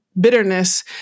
bitterness